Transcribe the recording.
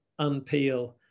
unpeel